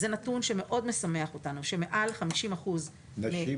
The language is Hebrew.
זה נתון שמאוד משמח אותנו שמעל 50% --- נשים,